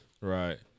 Right